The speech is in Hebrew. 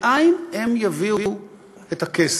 מאין הם יביאו את הכסף?